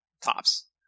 tops